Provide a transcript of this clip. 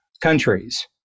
countries